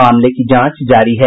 मामले की जांच जारी है